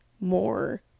more